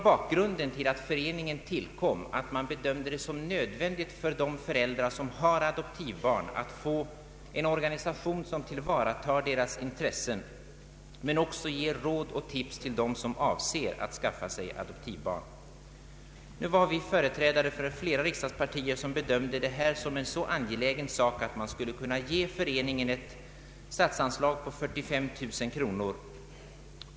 Bakgrunden till att föreningen tillkom var bl.a. att man bedömde det nödvändigt för de föräldrar som har adoptivbarn att få en organisation som tillvaratar deras intressen men också ger råd och tips till dem som avser att skaffa sig adoptivbarn. Företrädare för flera riksdagspartier bedömde detta vara så angeläget att man borde kunna ge föreningen ett statsanslag på 45 000 kronor.